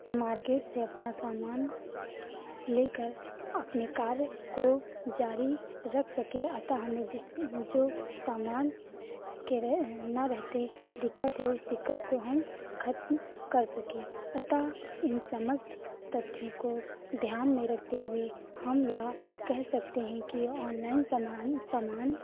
market से अपना सामान लेकर अपने कार्य को जारी रख सकें अतः हमें जिस जो सामान के रे ना रहते दिक्कत है उस दिक्कत को हम खत्म कर सकें अतः इन समस्त तथ्यों को ध्यान में रखते हुए हम यह कह सकते हैं कि ऑनलाइन सामान सामान